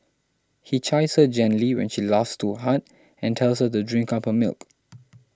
he chides her gently when she laughs too hard and tells her to drink up her milk